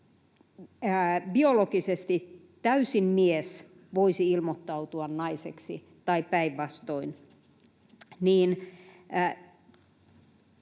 biologisesti täysin mies voisi ilmoittautua naiseksi tai päinvastoin, niin